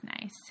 nice